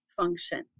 function